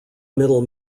middle